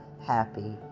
happy